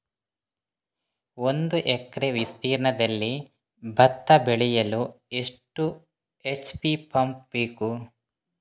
ಒಂದುಎಕರೆ ವಿಸ್ತೀರ್ಣದಲ್ಲಿ ಭತ್ತ ಬೆಳೆಯಲು ಎಷ್ಟು ಎಚ್.ಪಿ ಪಂಪ್ ಬೇಕು?